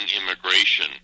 immigration